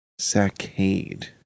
saccade